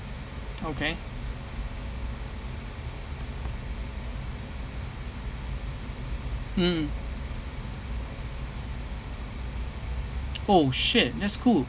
okay mmhmm oh shit that's cool